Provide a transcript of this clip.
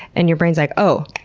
and your brain's like, oh.